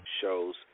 shows